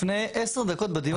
לפני עשר דקות בדיון הזה.